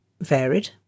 varied